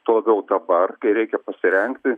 tuo labiau dabar kai reikia pasirengti